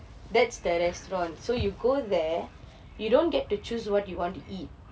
that's the restaurant so you go there you don't get to choose what you want to eat